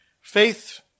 Faith